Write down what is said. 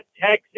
Texas